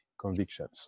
convictions